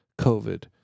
COVID